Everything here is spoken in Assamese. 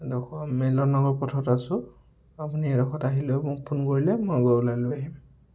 এইডোখৰ মিলন নগৰ পথত আছোঁ আপুনি এইডোখৰত আহি লৈ মোক ফোন কৰিলে মই গৈ ওলাই লৈ আহিম